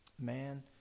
man